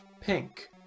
Pink